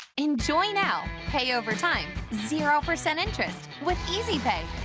enjoy now pay overtime, zero percent interest. with easy pay.